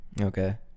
okay